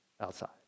outside